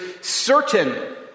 certain